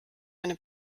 eine